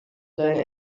deine